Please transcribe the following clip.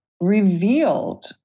revealed